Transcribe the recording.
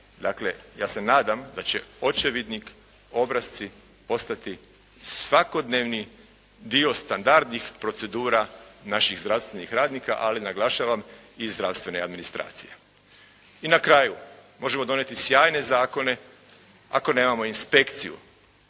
dakle ja se nadam da će očevidnik, obrasci postati svakodnevni dio standardnih procedura naših zdravstvenih radnika, ali naglašavam i zdravstvene administracije. I na kraju možemo donijeti sjajne zakone ako nemamo inspekciju,